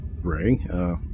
Ray